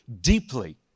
deeply